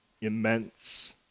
immense